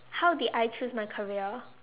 how did I choose my career